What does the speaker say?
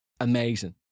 amazing